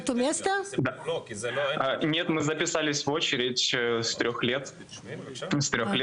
אבל זה נושא שלא נורא